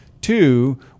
Two